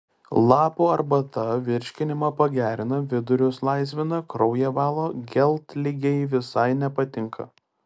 lapų arbata virškinimą pagerina vidurius laisvina kraują valo geltligei visai nepatinka